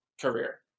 career